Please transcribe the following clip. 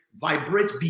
vibrate